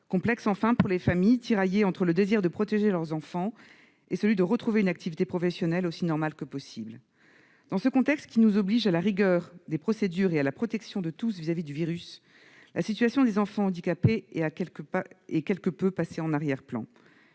l'est enfin pour les parents, tiraillés entre le désir de protéger leurs enfants et celui de retrouver une activité professionnelle aussi normale que possible. Dans ce contexte, qui nous oblige à la rigueur des procédures et à la protection de tous à l'égard du virus, la situation des enfants handicapés est quelque peu passée à l'arrière-plan.